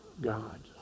God